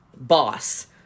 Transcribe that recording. boss